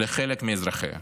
לחלק מאזרחיה?